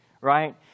right